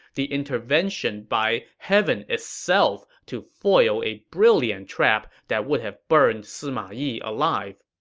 the intervention by heaven itself to foil a brilliant trap that would have burned sima yi alive.